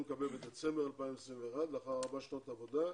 לקבל בדצמבר 21' לאחר ארבע שנות עבודה.